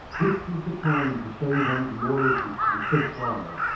this is the time to show ones loyalty to the the sirkar,